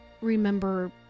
remember